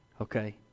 Okay